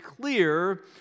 clear